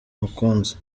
mukunzi